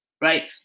right